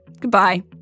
Goodbye